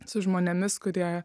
su žmonėmis kurie